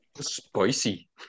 Spicy